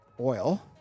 oil